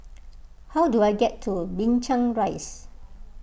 how do I get to Binchang Rise